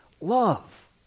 love